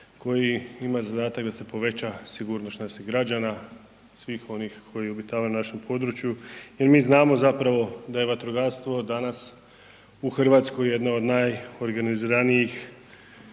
koji ima zadatak da se poveća sigurnost naših građana, svih onih koji obitavaju na našem području jer mi znamo zapravo da je vatrogastvo danas u Hrvatskoj jedna od najorganiziranijih